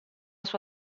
sua